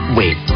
wait